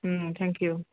thank you